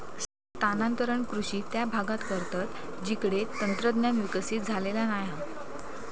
स्थानांतरण कृषि त्या भागांत करतत जिकडे तंत्रज्ञान विकसित झालेला नाय हा